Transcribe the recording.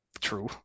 True